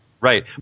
Right